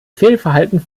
fehlverhalten